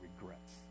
regrets